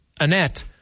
Annette